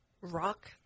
Rock